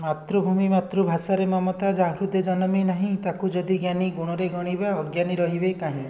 ମାତୃଭୂମି ମାତୃଭାଷାରେ ମମତା ଯା ହୃଦେ ଜନମି ନାହିଁ ତାକୁ ଯଦି ଜ୍ଞାନୀ ଗୁଣରେ ଗଣିବା ଅଜ୍ଞାନୀ ରହିବେ କାହିଁ